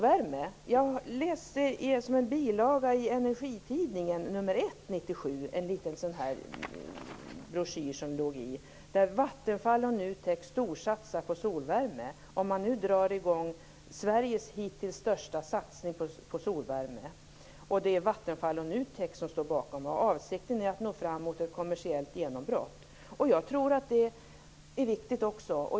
När det gäller solvärme läser jag i en broschyr som var bilaga till Energitidningen 1/1997: "Vattenfall och Nutek storsatsar på solvärme." Man drar nu i gång "Sveriges hittills största satsning på solvärme". "Avsikten är att nå fram mot ett kommersiellt genombrott." Det är också viktigt.